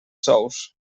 sous